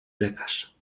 lekarz